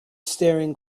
staring